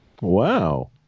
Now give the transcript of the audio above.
Wow